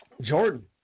Jordan